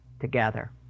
together